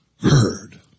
heard